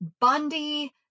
Bundy